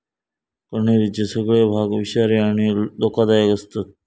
कण्हेरीचे सगळे भाग विषारी आणि धोकादायक आसतत